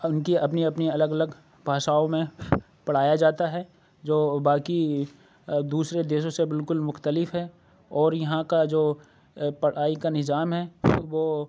ان کی اپنی اپنی الگ الگ بھاشاؤں میں پڑھایا جاتا ہے جو باقی دوسرے دیشوں سے بالکل مختلف ہے اور یہاں کا جو پڑھائی کا نظام ہے وہ